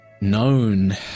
known